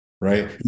right